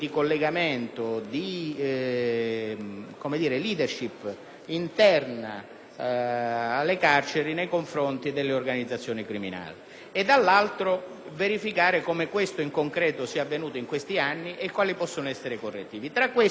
di *leadership* interna alle carceri nei confronti delle organizzazioni criminali. Allo stesso modo, dobbiamo verificare come ciò in concreto sia avvenuto in questi anni e quali possono essere i correttivi. Tra questi ne abbiamo segnalato alcuni,